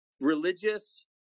religious